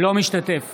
אינו משתתף